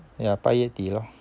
ya 八月底咯